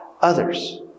others